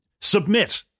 submit